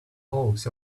hawks